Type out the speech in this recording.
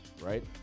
Right